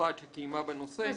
מיוחד שקיימה בנושא".